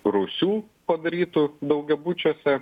rūsių padarytų daugiabučiuose